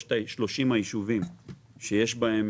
ב-30 הישובים שיש בהם